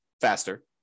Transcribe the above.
faster